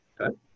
Okay